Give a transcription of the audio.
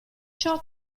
ciò